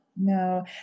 No